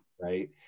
Right